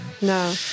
No